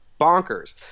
bonkers